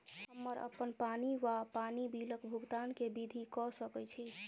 हम्मर अप्पन पानि वा पानि बिलक भुगतान केँ विधि कऽ सकय छी?